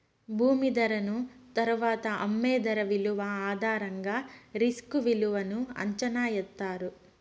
భూమి ధరను తరువాత అమ్మే ధర విలువ ఆధారంగా రిస్క్ విలువను అంచనా ఎత్తారు